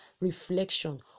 reflection